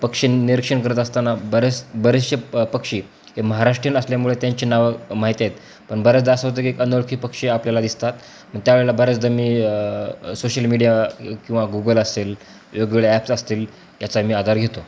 पक्षी निरीक्षण करत असताना बरेच बरेचसे प पक्षी हे महाराष्ट्रीयन असल्यामुळे त्यांची नावं माहिती आहेत पण बऱ्याचदा असं होतं की एक अनोळखी पक्षी आपल्याला दिसतात त्यावेळेला बऱ्याचदा मी सोशल मीडिया किंवा गुगल असेल वेगवेगळ्या ॲप्स असतील याचा मी आधार घेतो